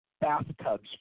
bathtubs